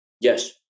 Yes